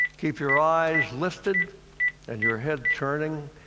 keep your eyes lifted and your head turning.